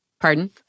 Pardon